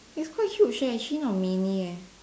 it's quite huge eh actually not mini eh